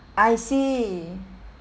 I see